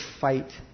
fight